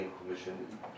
Commission